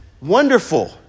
wonderful